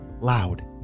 loud